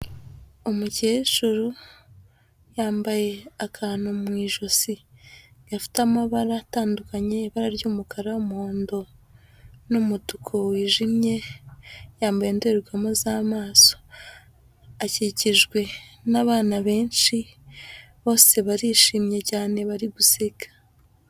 Umukecuru yambaye akantu mu ijosi gafite amabara atandukanye ibara ry'umukara, umuhondo n'umutuku wijimye, yambaye indorerwamo z'amaso akikijwe n'abana benshi bose barishimye cyane bari guseka.